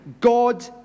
God